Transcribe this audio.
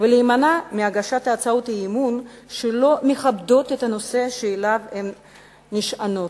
ולהימנע מהגשת הצעות אי-אמון שלא מכבדות את הנושא שעליו הן נשענות,